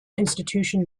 institution